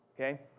okay